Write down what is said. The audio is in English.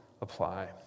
apply